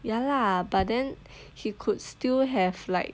ya lah but then he could still have like